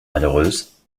malheureuse